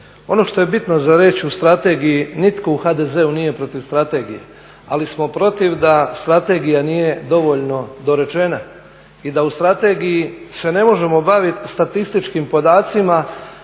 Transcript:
Ono što je bitno za reći u strategiji nitko u HDZ-u nije protiv strategije ali smo protiv da strategija nije dovoljno dorečena i da u strategiji se ne možemo baviti statističkim podacima